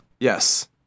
Yes